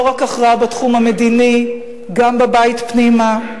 לא רק הכרעה בתחום המדיני, גם בבית פנימה,